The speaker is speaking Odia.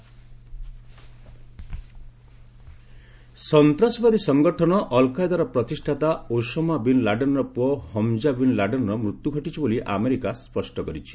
ଓସାମା ସନ୍ ଡେଡ୍ ସନ୍ତାସବାଦୀ ସଂଗଠନ ଅଲ୍କାଏଦାର ପ୍ରତିଷ୍ଠାତା ଓସାମା ବିନ୍ ଲାଡେନର ପୁଅ ହମଜା ବିନ୍ ଲାଡେନର ମୃତ୍ୟୁ ଘଟିଛି ବୋଲି ଆମେରିକା ସ୍ୱଷ୍ଟ କରିଛି